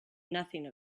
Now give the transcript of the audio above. nothing